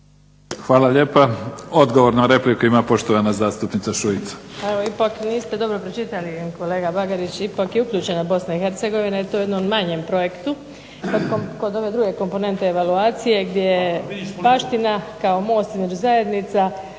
Hvala lijepa. Odgovor na repliku ima poštovana zastupnica Dubravka